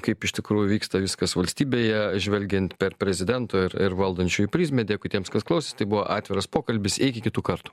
kaip iš tikrųjų vyksta viskas valstybėje žvelgiant per prezidento ir ir valdančiųjų prizmę dėkui tiems kas klausė tai buvo atviras pokalbis iki kitų kartų